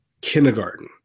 kindergarten